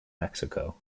mexico